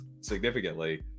significantly